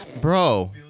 Bro